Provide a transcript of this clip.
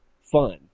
fun